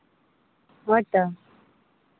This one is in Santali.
ᱦᱳᱭ ᱛᱚ